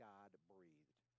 God-breathed